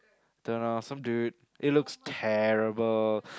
turn off some dude it looks terrible